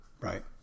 Right